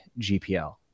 GPL